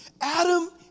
Adam